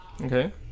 okay